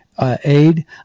Aid